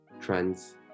trends